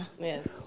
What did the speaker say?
yes